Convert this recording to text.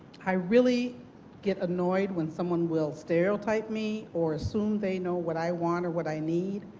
i really get annoyed when someone will stereotype me or assume they know what i want or what i need?